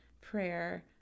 prayer